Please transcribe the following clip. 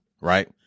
right